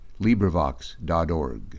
LibriVox.org